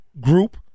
group